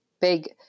big